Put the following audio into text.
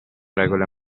regole